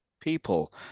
people